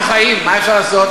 אבל כך אנחנו חיים, מה אפשר לעשות.